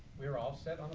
we're all set.